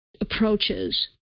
approaches